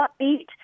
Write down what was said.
upbeat